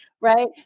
Right